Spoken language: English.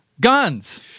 guns